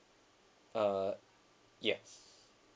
uh yes